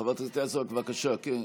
חברת הכנסת יזבק, בבקשה.